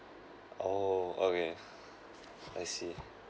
orh okay I see